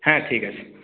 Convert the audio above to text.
হ্যাঁ ঠিক আছে